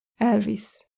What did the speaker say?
Elvis